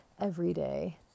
everyday